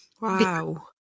Wow